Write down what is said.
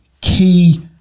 key